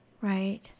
right